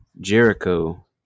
Jericho